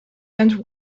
and